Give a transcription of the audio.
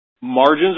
Margins